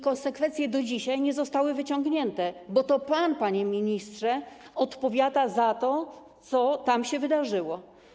Konsekwencje do dzisiaj nie zostały wyciągnięte, bo to pan, panie ministrze, odpowiada za to, co tam się wydarzyło.